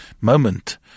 Moment